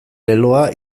leloa